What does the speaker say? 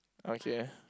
okay